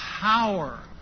power